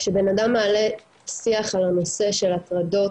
כשבנאדם מעלה שיח על הנושא של הטרדות